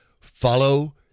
Follow